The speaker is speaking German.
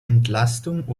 entlastung